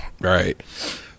Right